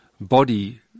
body